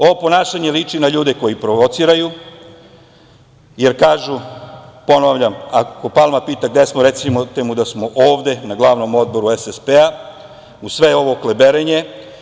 Ovo ponašanje liči na ljude koji provociraju, jer kažu, ponavljam – ako Palma pita gde smo, recite mu da smo ovde na glavnom odboru SSP-a, uz sve ovo kliberenje.